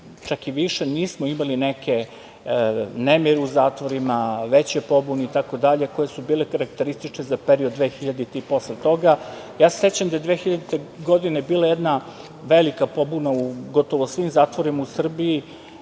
čak i više nismo imali neke nemire u zatvorima, veće pobune i tako dalje, koje su bile karakteristične za period 2000. godine i posle toga. Sećam se da je 2000. godine bila jedna velika pobuna gotovo u svim zatvorima u Srbiji,